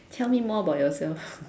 tell me more about yourself